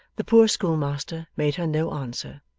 the poor schoolmaster made her no answer,